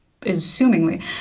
assumingly